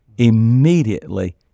immediately